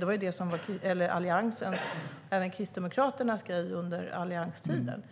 Det var det som var Alliansens, och även Kristdemokraternas, grej under allianstiden.